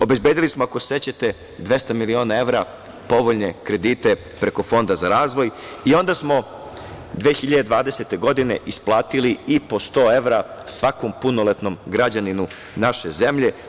Obezbedili smo, ako se sećate, 200 miliona evra povoljne kredite preko Fonda za razvoj i onda smo 2020. godine isplatili i po 100 evra svakom punoletnom građaninu naše zemlje.